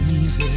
easy